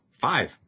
five